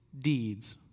deeds